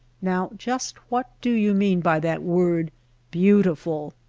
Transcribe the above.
now just what do you mean by that word beautiful?